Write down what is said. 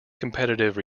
competitive